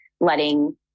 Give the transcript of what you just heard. letting